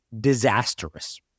disastrous